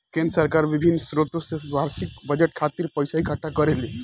केंद्र सरकार बिभिन्न स्रोत से बार्षिक बजट खातिर पइसा इकट्ठा करेले